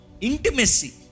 intimacy